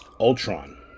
Ultron